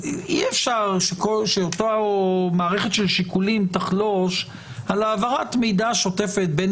אי-אפשר שאותה מערכת של שיקולים תחלוש על העברת המידע השוטפת בין